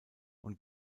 und